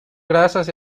grasas